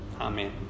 Amen